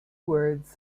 words